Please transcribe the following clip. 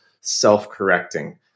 self-correcting